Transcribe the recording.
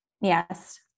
Yes